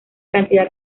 cantidad